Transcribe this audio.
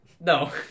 no